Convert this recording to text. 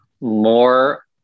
more